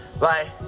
Bye